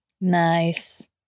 Nice